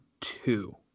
two